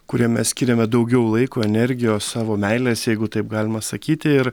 kuriem mes skiriame daugiau laiko energijos savo meilės jeigu taip galima sakyti ir